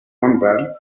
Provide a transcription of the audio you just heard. handball